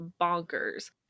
bonkers